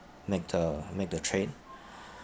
make the make the trade